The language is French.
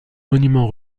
monument